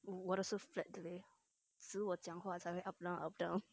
我的是 flat 的 eh 是我讲话才会 up down up down